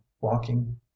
walking